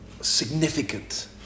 significant